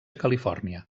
califòrnia